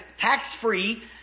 tax-free